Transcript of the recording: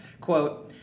Quote